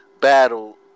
battle